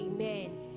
amen